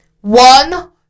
One